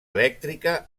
elèctrica